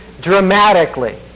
dramatically